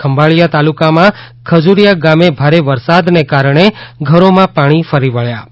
ખંભાળિયા તાલુકામાં ખજરિયા ગામે ભારે વરસાદને કારણે ઘરોમાં પાણી ફરી વળ્યા છે